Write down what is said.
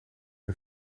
een